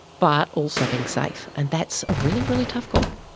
but also being safe. and that's a really, really tough call.